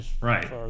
right